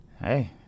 Hey